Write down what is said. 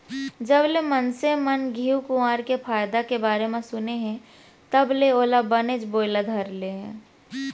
जबले मनसे मन घींव कुंवार के फायदा के बारे म सुने हें तब ले ओला बनेच बोए ल धरे हें